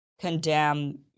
condemn